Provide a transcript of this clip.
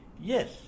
Yes